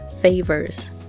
favors